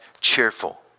cheerful